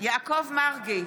יעקב מרגי,